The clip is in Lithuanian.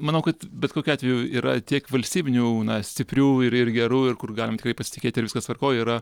manau kad bet kokiu atveju yra tiek valstybinių stiprių ir ir gerų ir kur galim tikrai pasitikėt ir viskas tvarkoj yra